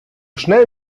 schnell